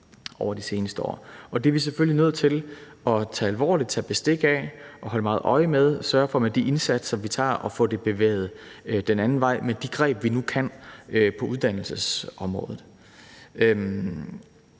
over de seneste år, og det er vi selvfølgelig nødt til at tage alvorligt, tage bestik af og holde meget øje med, og vi må sørge for med de indsatser, vi gør, at få det bevæget den anden vej, med de greb, vi nu kan, på uddannelsesområdet.